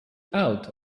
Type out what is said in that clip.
out